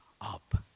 up